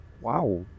Wow